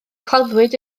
claddwyd